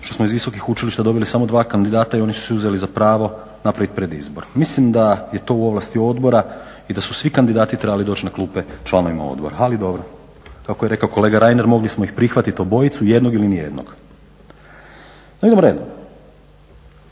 što smo iz visokih učilišta dobili samo dva kandidata i oni su uzeli za pravo napraviti pred izbor, mislim da je to u ovlasti odbora i da su svi kandidati trebali na klupe članovima odbora ali dobro, kako je rekao kolega Reiner mogli smo ih prihvatiti obojicu, jednog ili nijednog. No idemo redom,